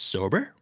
Sober